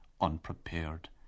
unprepared